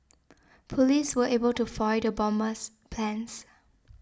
police were able to foil the bomber's plans